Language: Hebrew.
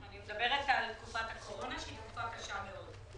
אני מדברת על תקופת הקורונה, שהיא תקופה קשה מאוד.